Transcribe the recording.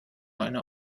einer